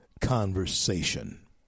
conversation